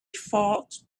thought